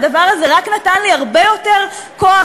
והדבר הזה רק נתן לי הרבה יותר כוח